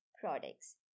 products